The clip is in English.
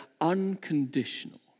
unconditional